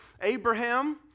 Abraham